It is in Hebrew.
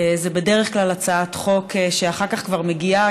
זו בדרך כלל הצעת חוק שאחר כך כבר מגיעה,